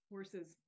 Horses